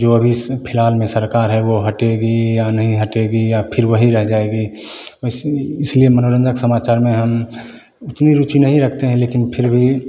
जो भी इस फ़िलहाल में सरकार है वह हटेगी या नहीं हटेगी या फिर वही रह जाएगी वैसे इसलिए मनोरंजक समाचार में हम इतनी रुचि नहीं रखते हैं लेकिन फिर भी